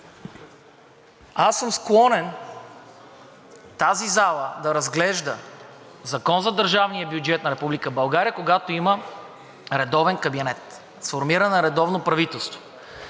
Аз съм склонен тази зала да разглежда Закон за държавния бюджет на Република България, когато има редовен кабинет, сформирано редовно правителство.